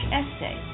essay